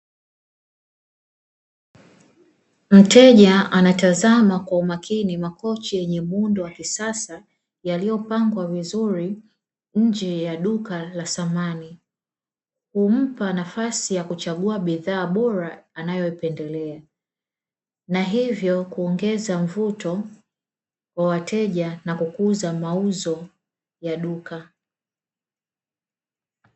Mteja anatazama kwa umakini makochi yenye muundo wa kisasa yaliyopangwa vizuri nje ya duka la samani. Humpa nafasi ya kuchagua bidhaa bora anayependelea na hivyo kuongeza mvuto wa wateja na kukuza mauzo ya duka.